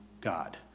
God